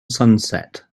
sunset